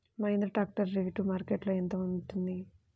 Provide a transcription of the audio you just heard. Mahindra tractor rate మార్కెట్లో యెంత ఉంటుంది?